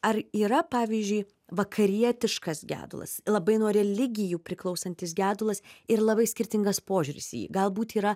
ar yra pavyzdžiui vakarietiškas gedulas labai nuo religijų priklausantis gedulas ir labai skirtingas požiūris į jį galbūt yra